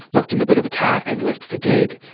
locked in the boot of a car, and left for dead.